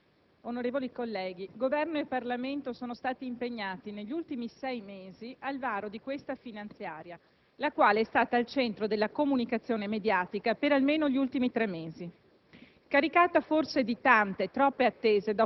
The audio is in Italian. Onorevoli colleghi, Governo e Parlamento sono stati impegnati negli ultimi sei mesi al varo di questa finanziaria, la quale è stata al centro della comunicazione mediatica per almeno gli ultimi tre mesi.